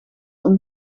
een